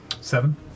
Seven